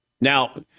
Now